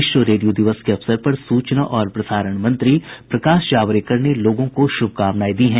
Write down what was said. विश्व रेडियो दिवस के अवसर पर सूचना और प्रसारण मंत्री प्रकाश जावड़ेकर ने लोगों को शुभकामनाएं दी हैं